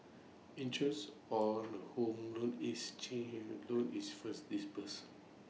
interest on A home loan is chin loan is first disbursed